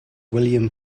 william